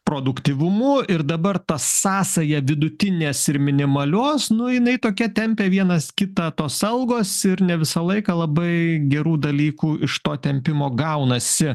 produktyvumu ir dabar ta sąsaja vidutinės ir minimalios nu jinai tokia tempia vienas kitą tos algos ir ne visą laiką labai gerų dalykų iš to tempimo gaunasi